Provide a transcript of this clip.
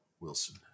Wilson